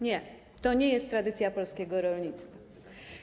Nie, to nie jest tradycja polskiego rolnictwa.